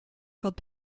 called